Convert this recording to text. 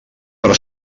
però